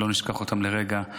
שלא נשכח אותם לרגע,